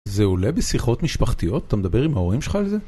זה עולה בשיחות משפחתיות? אתה מדבר עם ההורים שלך על זה?